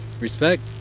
respect